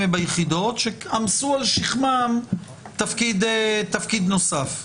וביחידות שעמסו על שכמם תפקיד נוסף.